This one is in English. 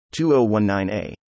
2019a